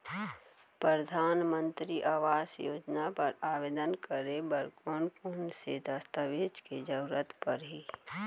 परधानमंतरी आवास योजना बर आवेदन करे बर कोन कोन से दस्तावेज के जरूरत परही?